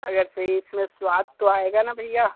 अगर से इस में स्वाद तो आएगा ना भैया